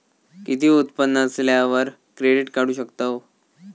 किती उत्पन्न असल्यावर क्रेडीट काढू शकतव?